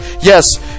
Yes